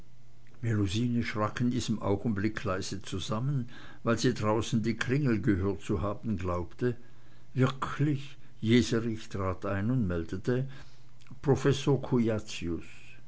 melusine schrak in diesem augenblick leise zusammen weil sie draußen die klingel gehört zu haben glaubte wirklich jeserich trat ein und meldete professor